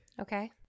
Okay